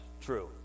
true